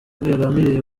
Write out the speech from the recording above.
yagambiriye